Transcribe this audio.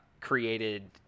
created